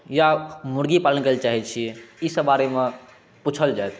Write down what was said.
या मुर्गी पालन करय लए चाहै छियै ईसब बारे मे पूछल जाइत